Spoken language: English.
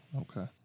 okay